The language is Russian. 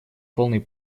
полной